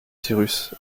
cyrus